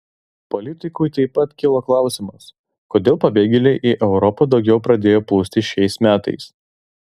politikui taip pat kilo klausimas kodėl pabėgėliai į europą daugiau pradėjo plūsti šiais metais